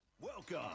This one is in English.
Welcome